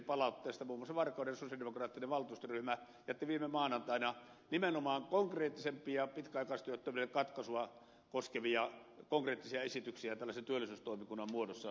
muun muassa varkauden sosialidemokraattinen valtuustoryhmä jätti viime maanantaina nimenomaan pitkäaikaistyöttömyyden katkaisua koskevia konkreettisia esityksiä koskevan aloitteen tällaisen työllisyystoimikunnan muodossa